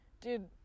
dude